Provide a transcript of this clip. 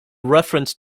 reference